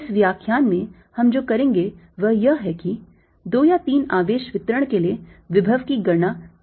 इस व्याख्यान में हम जो करेंगे वह यह है कि दो या तीन आवेश वितरण के लिए विभव की गणना करने के लिए इसका उपयोग करें